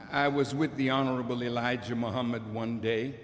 i was with the honorable elijah muhammad one day